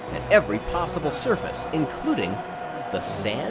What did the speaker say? and every possible surface, including the sand